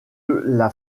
l’a